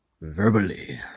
verbally